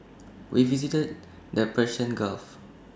we visited the Persian gulf